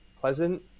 pleasant